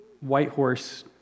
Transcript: Whitehorse